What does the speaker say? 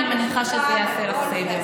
אני מניחה שזה יעשה לך סדר.